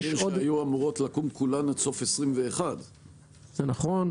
יש עוד --- נזכיר שהיו אמורות לקום כולן עד סוף 21. זה נכון.